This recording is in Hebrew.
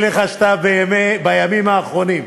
התשע"ה 2014,